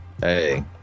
hey